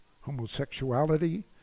homosexuality